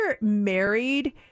married